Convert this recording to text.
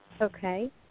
Okay